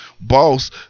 Boss